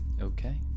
Okay